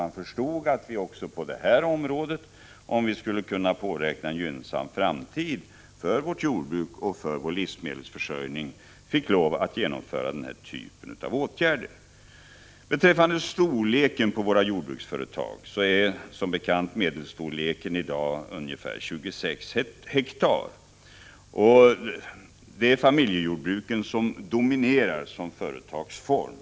Man förstod att vi också på detta område, om vi skulle kunna påräkna en gynnsam framtid för vårt jordbruk och vår livsmedelsförsörjning, fick lov att genomföra denna typ av åtgärder. Som bekant är medelstorleken på våra jordbruksföretag i dag ungefär 26 hektar. Det är familjejordbruket som dominerar som företagsform.